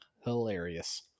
hilarious